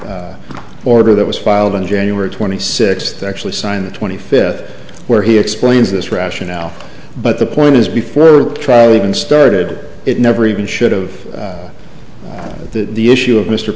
order that was filed on january twenty sixth actually signed the twenty fifth where he explains this rationale but the point is before a trial even started it never even should've that the issue of mr